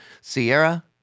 sierra